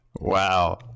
Wow